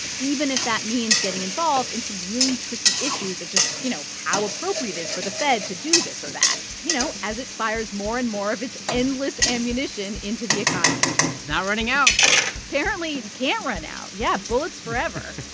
even if that means getting involved in some really tricky issues of just, you know, how appropriate is for the fed to do this or that, you know, as it fires more and more of its endless ammunition into the economy it's not running out apparently it can't run out. yeah, bullets forever.